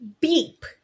beep